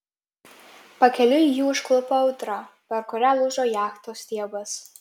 pakeliui jį užklupo audra per kurią lūžo jachtos stiebas